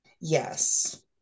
Yes